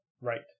right